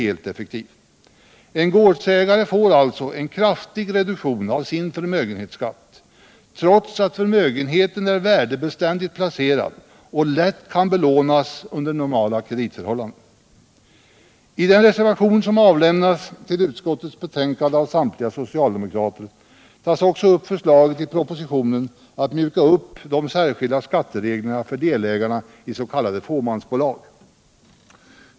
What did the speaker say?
En gårdsägare får alltså en kraftig reduktion av sin förmögenhetsskatt, trots att förmögenheten är värdebeständigt placerad och lätt kan belånas under normala kreditförhållanden. i; I den reservation som avlämnats till utskottets betänkande av samtliga socialdemokrater tas också upp förslaget i propositionen att mjuka upp de särskilda skattereglerna för delägarna i s.k. fåmansbolag.